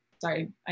sorry